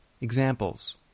examples